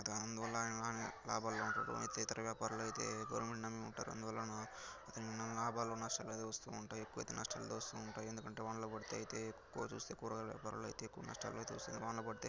అందువల్ల ఆయన ఆయన లాభాల్లో ఉంటాడు అయితే ఇతర వ్యాపారులు అయితే గవర్నమెంట్ని నమ్మి ఉంటారు అందువలన అతనికి లాభాలు నష్టాలు అనేది వస్తూ ఉంటాయి ఎక్కువైతే నష్టాలతో వస్తుంటాయి ఎందుకంటే వానలో పడితే అయితే ఎక్కువ చూస్తే కూరగాయల వ్యాపారులు అయితే ఎక్కువ నష్టాలు అయితే వస్తుంది వానలు పడితే